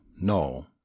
No